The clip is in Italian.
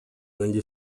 negli